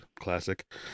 Classic